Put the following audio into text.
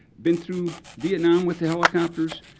been through vietnam with the helicopters.